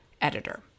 editor